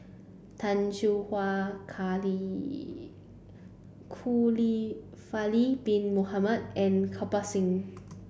Tay Seow Huah bin Mohamed and Kirpal Singh